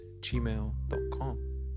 gmail.com